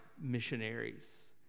missionaries